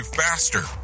faster